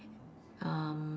um